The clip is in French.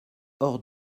hors